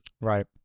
Right